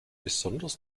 besonders